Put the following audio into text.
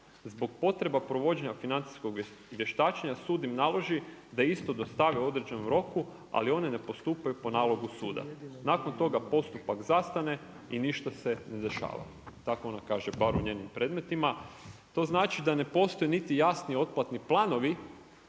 Zbog potreba provođenja financijskog vještačenja sud im naloži da isto dostave u određenom roku, ali one ne postupaju po nalogu suda. Nakon toga postupak zastane i ništa se ne dešava. Tako ona kaže bar u njenim predmetima, to znači da ne postoji niti jasni otplatni planovi